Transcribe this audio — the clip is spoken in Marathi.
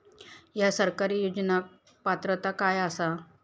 हया सरकारी योजनाक पात्रता काय आसा?